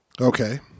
Okay